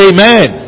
Amen